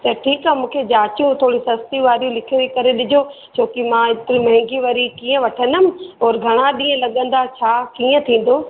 त ठीकु आहे मूंखे जांचयो थोरी सस्ती वारियूं लिखियूं करे ॾिजो छोकी मां एतिरी महांगी वारी कीअं वठंदमि ओर घणा ॾींहं लगंदा छा कीअं थींदो